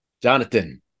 Jonathan